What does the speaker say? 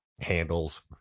handles